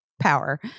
power